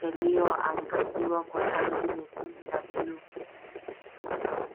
yaliyoangaziwa kwa rangi nyekundu na blue .